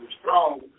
strong